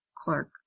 Clark